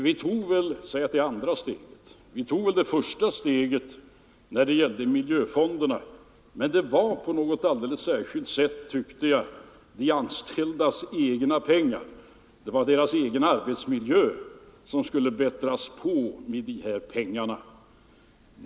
Vi tog väl det första steget när vi införde miljöfonderna, men då gällde det på något alldeles särskilt sätt, tyckte jag, de anställdas egna pengar — det var deras egen arbetsmiljö som skulle bättras på med dessa pengar.